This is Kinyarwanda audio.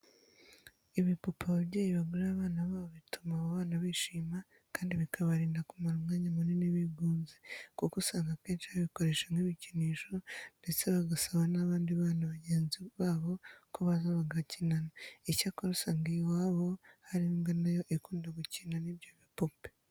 Ibipupe ababyeyi bagurira abana babo bituma abo bana bishima kandi bikabarinda kumara umwanya munini bigunze kuko usanga akenshi babikoresha nk'ibikinisho ndetse bagasaba n'abandi bana bagenzi babo ko baza bagakinana. Icyakora usanga iyo iwabo hari imbwa na yo ikunda gukina n'ibyo bipupe.